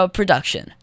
production